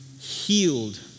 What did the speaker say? healed